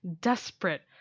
desperate